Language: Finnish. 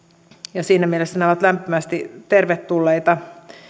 ja siinä mielessä nämä ovat lämpimästi tervetulleita